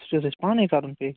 سُہ چھا حظ اسہِ پانٔے کَرُن پیٚے